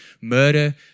murder